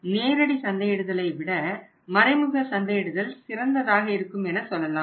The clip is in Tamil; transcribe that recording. நேரடி சந்தையிடுதலை விட மறைமுக சந்தையிடுதல் சிறந்ததாக இருக்கும் என சொல்லலாம்